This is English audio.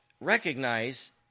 recognize